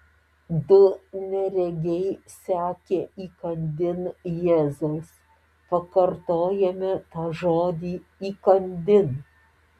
du neregiai sekė įkandin jėzaus pakartojame tą žodį įkandin